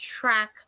track